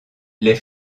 les